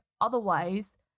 otherwise